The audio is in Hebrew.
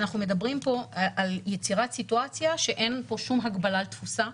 אנחנו מדברים פה על יצירת סיטואציה שאין פה שום הגבלה על תפוסה.